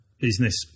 business